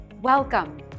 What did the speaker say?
Welcome